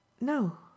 No